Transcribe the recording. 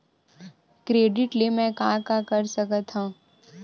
Credit ले मैं का का कर सकत हंव?